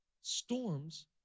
storms